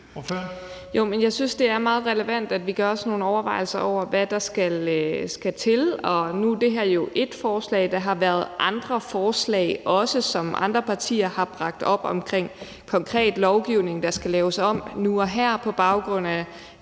jeg synes, det er meget relevant, at vi gør os nogle overvejelser over, hvad der skal til. Nu er det her jo ét forslag. Der har også været andre forslag, som andre partier har bragt op, om konkret lovgivning, der skal laves om nu og her på baggrund af